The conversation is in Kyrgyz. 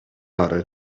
ары